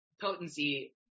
potency